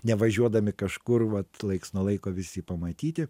nevažiuodami kažkur vat laiks nuo laiko vis jį pamatyti